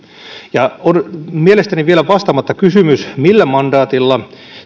mielestäni vielä on vastaamatta kysymys millä mandaatilla